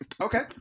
Okay